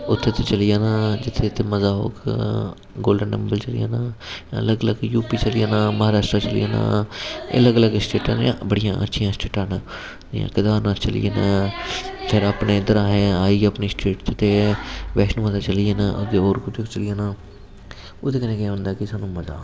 ते उत्थे उत्थे चली जाना जित्थे जित्थे मजा औग गोल्डन टैंपल चली जाना अलग अलग यू पी चली जाना महाराश्ट्रा चली जाना अलग अलग स्टेट न बड़ियां अच्छियां स्टेटां न जियां केदारनाथ चली जाना फिर अपने इद्धर अहें आई गे अपनी स्टेट च ते बैष्णो माता चली जाना ते होर कुतै चली जाना ओह्दे कन्नै केह् होंदा कि सानूं मजा औंदा ऐ